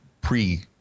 pre